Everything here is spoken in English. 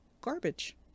garbage